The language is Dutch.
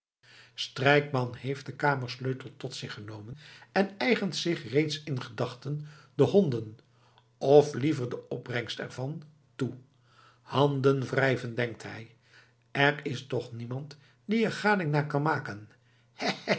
strijkman heeft den kamersleutel tot zich genomen en eigent zich reeds in gedachten de honden of liever de opbrengst er van toe handenwrijvend denkt hij er is toch niemand die er gading naar kan maken